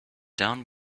down